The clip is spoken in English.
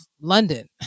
London